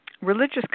religious